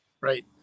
Right